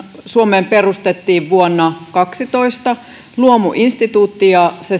suomeen perustettiin vuonna kaksituhattakaksitoista luomuinstituutti ja se sijaitsee